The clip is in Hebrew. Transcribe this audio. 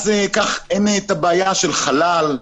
לכן אין את הבעיה של חלל,